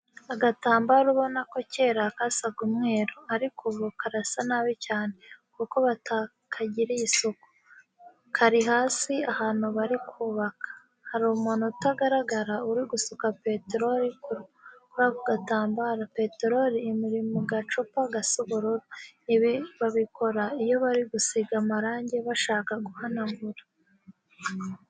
Agatambaro ubona ko kera kasaga umweru, ariko ubu karasa nabi cyane kuko batakagirira isuku. Kari hasi ahantu bari kubaka, hari umuntu utagaragara uri gusuka peterori kuri ako gatambaro, peterori iri mu gacupa gasa ubururu, ibi babikora iyo bari gusiga amarangi bashaka guhanagura.